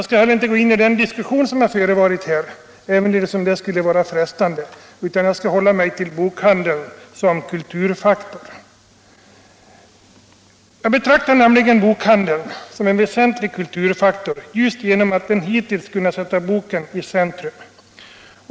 Inte heller skall jag fortsätta den diskussion som förevarit, även om det vore frestande, utan jag skall hålla mig till bokhandeln som kulturfaktor. Jag betraktar nämligen bokhandeln som en väsentlig kulturfaktor just därför att den hittills kunnat sätta boken i centrum.